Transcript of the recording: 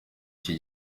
iki